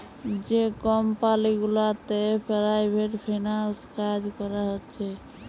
যে কমপালি গুলাতে private freelance কাজ ক্যরা হছে